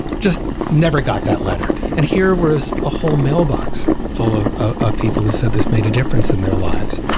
just never got that letter. and here was a whole mailbox full of ah of people who said this made a difference in their lives,